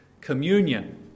Communion